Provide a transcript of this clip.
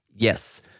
Yes